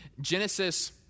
Genesis